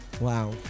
Wow